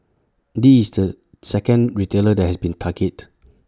this is the second retailer that has been targeted